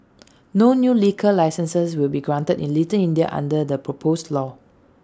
no new liquor licences will be granted in little India under the proposed law